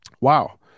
Wow